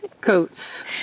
coats